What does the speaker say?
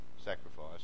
sacrifice